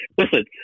listen